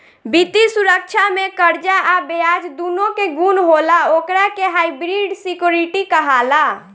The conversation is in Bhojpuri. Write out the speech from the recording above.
वित्तीय सुरक्षा में कर्जा आ ब्याज दूनो के गुण होला ओकरा के हाइब्रिड सिक्योरिटी कहाला